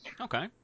Okay